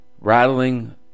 Rattling